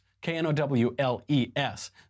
K-N-O-W-L-E-S